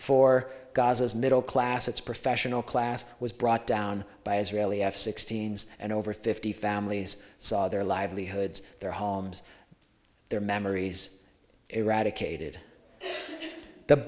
gaza's middle class its professional class was brought down by israeli f sixteen s and over fifty families saw their livelihoods their homes their memories eradicated the